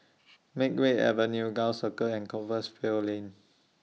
Makeway Avenue Gul Circle and Compassvale Lane